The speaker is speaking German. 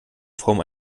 form